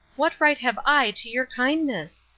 what right have i to your kindness?